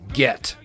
get